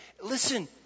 Listen